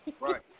Right